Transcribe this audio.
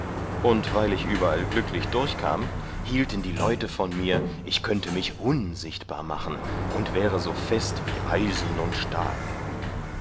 und weil ich überall glücklich durchkam hielten die leute von mir ich könnte mich unsichtbar machen und wäre so fest wie eisen und stahl